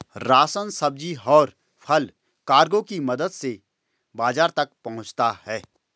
ration, सब्जी, और फल कार्गो की मदद से बाजार तक पहुंचता है